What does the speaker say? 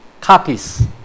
copies